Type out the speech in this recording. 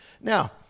Now